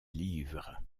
livres